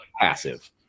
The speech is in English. passive